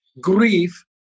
grief